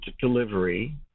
delivery